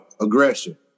aggression